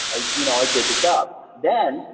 you know i did the job. then,